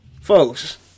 Folks